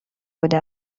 بوده